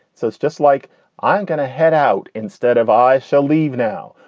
so it's just like i'm gonna head out instead of i shall leave now.